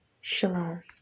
Shalom